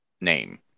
name